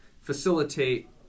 facilitate